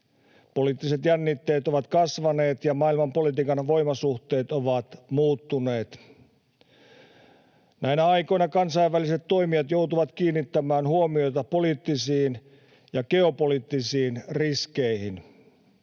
poliittiset jännitteet ovat kasvaneet ja maailmanpolitiikan voimasuhteet ovat muuttuneet. Näinä aikoina kansainväliset toimijat joutuvat kiinnittämään huomiota poliittisiin ja geopoliittisiin riskeihin.